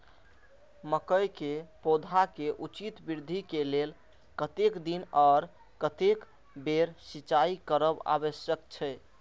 मके के पौधा के उचित वृद्धि के लेल कतेक दिन आर कतेक बेर सिंचाई करब आवश्यक छे?